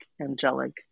angelic